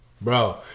Bro